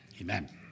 Amen